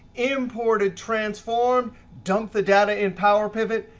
imported, transformed, dumped the data in power pivot,